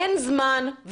אין זמן,